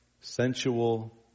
sensual